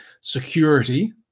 security